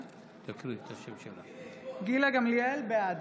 (קוראת בשם חברת הכנסת) גילה גמליאל, בעד